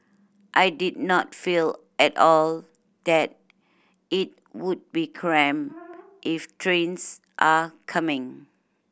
I did not feel at all that it would be cramped if trains are coming